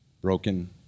broken